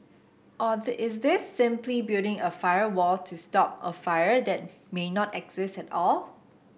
or is this simply building a firewall to stop a fire that may not exist at all